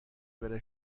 بره